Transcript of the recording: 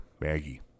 Maggie